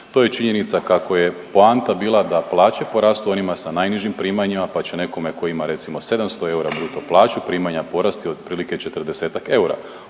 to je činjenica kako je poanta bila da plaće porastu onima sa najnižim primanjima pa će nekome tko ima, recimo, 700 eura bruto plaću primanja porasti otprilike 40-ak eura.